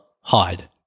hide